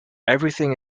everything